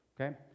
Okay